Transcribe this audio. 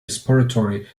respiratory